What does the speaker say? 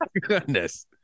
Goodness